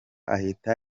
ahita